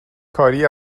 کاری